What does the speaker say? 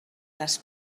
les